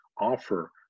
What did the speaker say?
offer